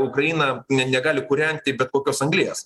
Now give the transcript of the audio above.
ukraina ne negali kūrenti bet kokios anglies